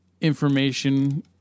information